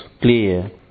clear